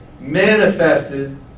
manifested